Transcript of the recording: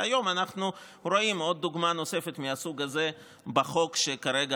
והיום אנחנו רואים דוגמה נוספת מהסוג הזה בחוק שכרגע